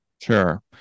sure